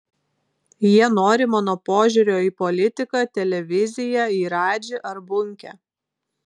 jie nori mano požiūrio į politiką televiziją į radžį ar bunkę